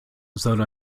soll